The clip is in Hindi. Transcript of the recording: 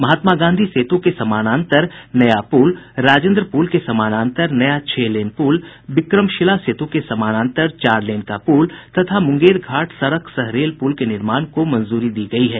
महात्मा गांधी सेतु के समानंतर नया पुल राजेंद्र पुल के समानांतर नया छह लेन पुल विक्रमशिला सेतु के समानांतर चारलेन का पुल तथा मुंगेर घाट सड़क सह रेल पुल के निर्माण को मंजूरी दी गयी है